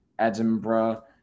Edinburgh